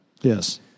Yes